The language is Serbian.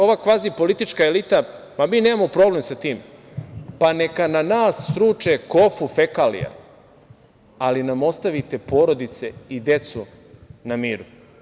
Ova kvazi politička elita, mi nemamo problem sa tim, neka nas sruče kofu fekalija, ali nam ostavite porodice i decu na miru.